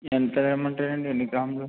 ఎంతదిమ్మంటారండి ఎన్ని గ్రాములు